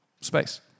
space